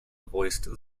voiced